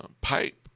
pipe